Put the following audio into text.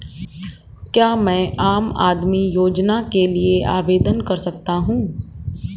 क्या मैं आम आदमी योजना के लिए आवेदन कर सकता हूँ?